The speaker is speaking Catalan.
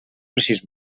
precís